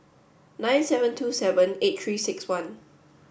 nine seven two seven eight three six one